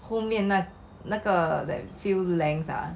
后面那那个 the few length ah